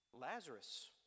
Lazarus